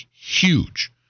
huge